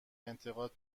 انتقاد